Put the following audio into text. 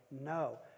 no